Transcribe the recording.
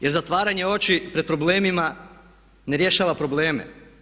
Jer zatvaranjem oči pred problemima ne rješava probleme.